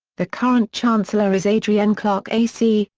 the current chancellor is adrienne clarke ac,